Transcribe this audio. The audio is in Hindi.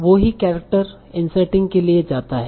वो ही केरेक्टर इन्सेर्टिंग के लिए जाता है